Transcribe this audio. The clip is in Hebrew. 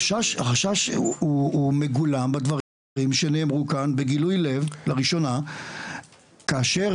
החשש הוא מגולם בדברים שנאמרו כאן בגילוי לב לראשונה כאשר